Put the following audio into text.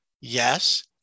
yes